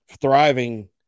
thriving